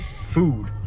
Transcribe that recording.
food